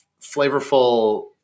flavorful